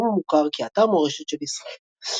וכיום הוא מוכר כאתר מורשת של ישראל.